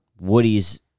Woody's